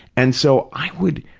and so i would,